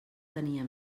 tenia